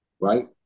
right